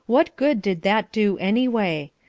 what good did that do anyway?